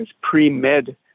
pre-med